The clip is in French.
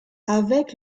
avec